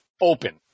open